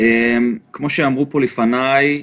כמו שאמרו פה לפניי,